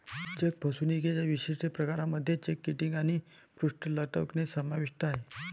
check फसवणुकीच्या विशिष्ट प्रकारांमध्ये चेक किटिंग आणि पृष्ठ लटकणे समाविष्ट आहे